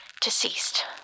deceased